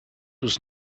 was